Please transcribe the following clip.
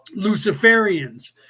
Luciferians